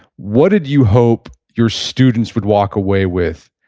what did you hope your students would walk away with?